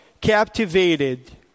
captivated